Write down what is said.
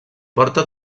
porta